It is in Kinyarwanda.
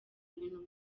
ibintu